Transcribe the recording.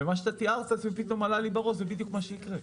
מה שאתה תיארת קודם לכן, זה בדיוק מה שיקרה.